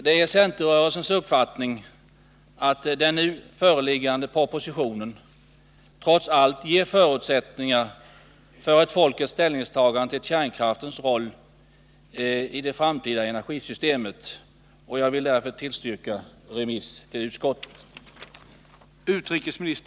Det är centerrörelsens uppfattning att den nu föreliggande propositionen trots allt ger förutsättningar för ett folkets ställningstagande till kärnkraftens roll i det framtida energisystemet. Jag vill därför tillstyrka remiss till utskottet.